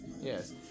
Yes